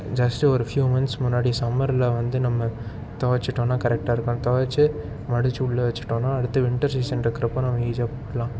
just ஒரு few minutes முன்னாடி சம்மரில் வந்து நம்ம துவச்சிட்டோன்னா கரெக்டாக இருக்கும் துவச்சி மடித்து உள்ளே வச்சிட்டோம்னா அடுத்து வின்ட்டர் சீசன்ருக்கிறப்போ நம்ம ஈஸியாக போடலாம்